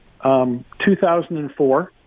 2004